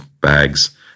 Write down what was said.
bags